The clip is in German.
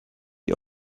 die